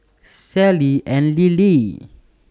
Sally and Lillie